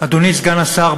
אדוני סגן השר,